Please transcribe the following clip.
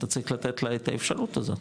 אז צריך לתת לה את האפשרות הזאת,